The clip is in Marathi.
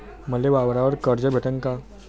मले वावरावर कर्ज भेटन का?